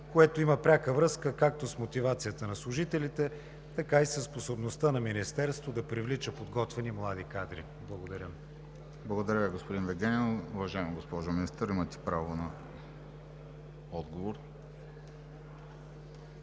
което има пряка връзка както с мотивацията на служителите, така и със способността на Министерството да привлича подготвени млади кадри? Благодаря. ПРЕДСЕДАТЕЛ ВЕСЕЛИН МАРЕШКИ: Благодаря Ви, господин Вигенин. Уважаема госпожо Министър, имате право на отговор.